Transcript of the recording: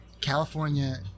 California